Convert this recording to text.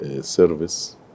Service